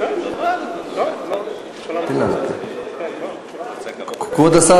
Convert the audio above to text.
כבוד השר,